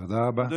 תודה רבה.